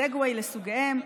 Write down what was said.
סגוויי לסוגיהם,